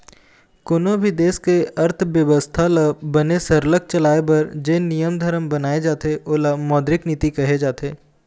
कोनों भी देश के अर्थबेवस्था ल बने सरलग चलाए बर जेन नियम धरम बनाए जाथे ओला मौद्रिक नीति कहे जाथे